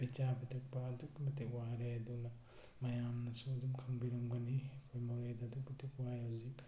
ꯄꯤꯖ ꯄꯤꯊꯛꯄ ꯑꯗꯨꯛꯀꯤ ꯃꯇꯤꯛ ꯋꯥꯔꯦ ꯑꯗꯨꯅ ꯃꯌꯥꯝꯅꯁꯨ ꯑꯗꯨꯝ ꯈꯪꯕꯤꯔꯝꯒꯅꯤ ꯑꯩꯈꯣꯏ ꯃꯣꯔꯦꯗ ꯑꯗꯨꯛꯀꯤ ꯃꯇꯤꯛ ꯋꯥꯏ ꯍꯧꯖꯤꯛ